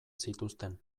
zituzten